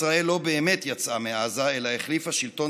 ישראל לא באמת יצאה מעזה אלא החליפה שלטון